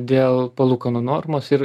dėl palūkanų normos ir